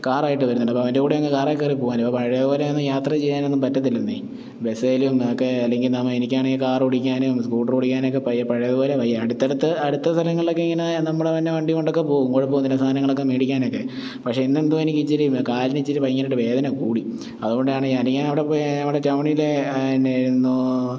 കാറുമായിട്ട് വരുന്നുണ്ട് അപ്പം അവൻ്റെ കൂടെ അങ്ങ് കാറിൽ കയറി പോകാലോ പഴയ പോലെയൊന്നും യാത്ര ചെയ്യാനൊന്നും പറ്റത്തില്ലന്നേ ബസിലും ഒക്കെ അല്ലെങ്കിൽ ഞാൻ എനിക്ക് ആണെങ്കിൽ കാർ ഓടിക്കാനും സ്കൂട്ടർ ഓടിക്കാനുമൊക്കെ പഴയ പഴയത് പോലെ വയ്യ അടുത്ത് അടുത്ത് അടുത്ത സ്ഥലങ്ങളിലൊക്കെ ഇങ്ങനെ നമ്മുടെ തന്നെ വണ്ടിയും കൊണ്ടൊക്കെ പോകും കുഴപ്പമൊന്നുമില്ല സാധനങ്ങളൊക്കെ മേടിക്കാനൊക്കെ പക്ഷെ ഇന്ന് എന്തോ എനിക്ക് ഇച്ചിരി കാലിന് ഇച്ചിരി ഭയങ്കരമായിട്ട് വേദന കൂടി അതുകൊണ്ടാണ് അല്ലെങ്കിൽ ഞാൻ അവിടെ പോയി അവിടെ ടൗണിലെ എന്നായിരുന്നു